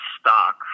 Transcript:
stock